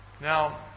Now